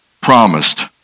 promised